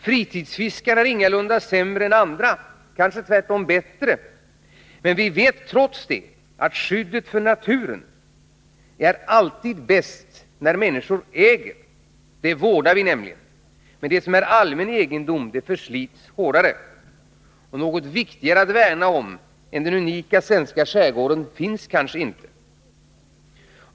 Fritidsfiskare är ingalunda sämre än andra — kanske tvärtom bättre. Men vi vet trots detta att skyddet för naturen kommer att bli sämre, för det vi äger det vårdar vi, men det som är allmän egendom förslits hårdare. Något viktigare att värna om än den unika svenska skärgården finns kanske inte.